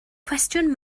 cwestiwn